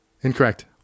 Incorrect